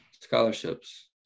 scholarships